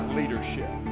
leadership